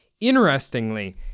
interestingly